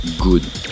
good